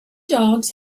dogs